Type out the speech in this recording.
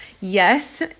yes